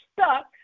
stuck